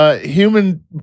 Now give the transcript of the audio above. Human